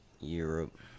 Europe